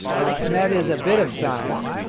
and that is a bit of science.